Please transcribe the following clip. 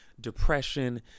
depression